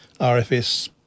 RFS